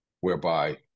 whereby